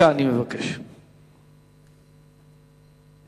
אני מבקש שזה יהיה במסגרת דקה.